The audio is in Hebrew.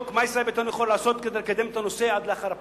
מה ישראל ביתנו יכולה לעשות כדי לקדם את הנושא עד לאחר הפגרה.